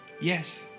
Yes